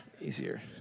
easier